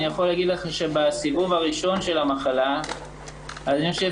אני יכול להגיד לך שבסיבוב הראשון של המחלה אני חושב